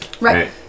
right